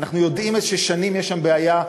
אנחנו יודעים ששנים יש שם בעיה,